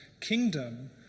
kingdom